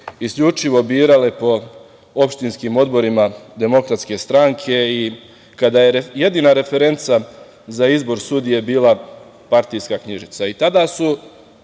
isključivo birale po opštinskim odborima DS i kada je jedina referenca za izbor sudije bila partijska knjižica.